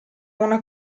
una